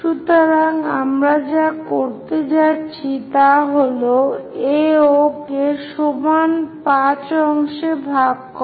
সুতরাং আমরা যা করতে যাচ্ছি তা হল AO কে সমান সংখ্যক 5 ভাগে ভাগ করা